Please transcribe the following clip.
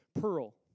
pearl